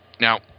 Now